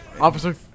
officer